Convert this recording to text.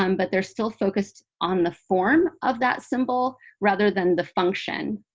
um but they're still focused on the form of that symbol rather than the function.